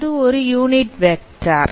அது ஒரு unit vector